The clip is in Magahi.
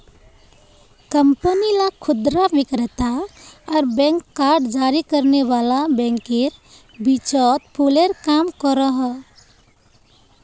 कंपनी ला खुदरा विक्रेता आर बैंक कार्ड जारी करने वाला बैंकेर बीचोत पूलेर काम करोहो